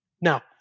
Now